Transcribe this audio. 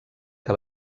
que